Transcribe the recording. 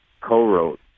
co-wrote